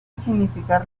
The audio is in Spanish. significar